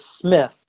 smith